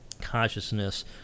consciousness